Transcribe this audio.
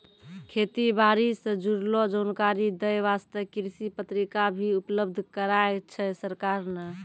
खेती बारी सॅ जुड़लो जानकारी दै वास्तॅ कृषि पत्रिका भी उपलब्ध कराय छै सरकार नॅ